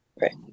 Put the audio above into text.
Right